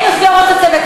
הם יושבי-ראש הצוות.